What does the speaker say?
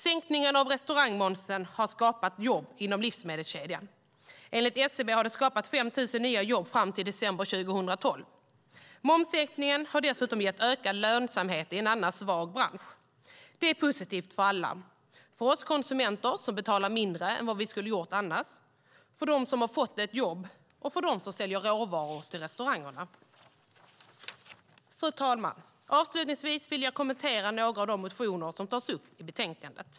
Sänkningen av restaurangmomsen har skapat jobb inom livsmedelskedjan. Enligt SCB hade det skapat 5 000 nya jobb fram till december 2012. Momssänkningen har dessutom gett ökad lönsamhet i en annars svag bransch. Det är positivt för alla, för oss konsumenter som betalar mindre än vad vi skulle ha gjort annars, för dem som har fått ett jobb och för dem som säljer råvaror till restaurangerna. Fru talman! Avslutningsvis vill jag kommentera några av de motioner som tas upp i betänkandet.